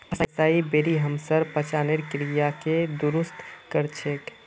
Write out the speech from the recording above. असाई बेरी हमसार पाचनेर क्रियाके दुरुस्त कर छेक